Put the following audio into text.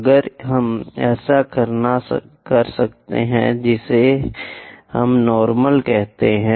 अगर हम ऐसा कर सकते हैं जिसे हम नार्मल कहते हैं